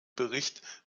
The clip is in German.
bericht